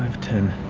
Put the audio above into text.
ten,